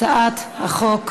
הצעת החוק התקבלה,